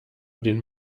den